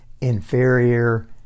inferior